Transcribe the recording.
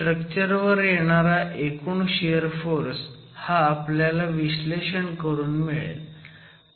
structure वर येणारा एकूण शियर फोर्स हा आपल्याला विश्लेषण करून मिळेल